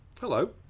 Hello